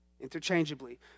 Interchangeably